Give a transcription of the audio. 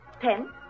Ten